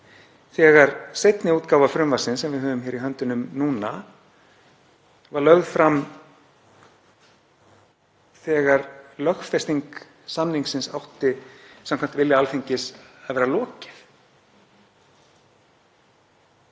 þegar seinni útgáfa frumvarpsins sem við höfum í höndunum núna var lögð fram, þegar lögfesting samningsins átti samkvæmt vilja Alþingis að vera lokið.